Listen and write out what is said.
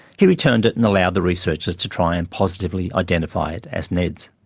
he returned it and allowed the researchers to try and positively identify it as ned's.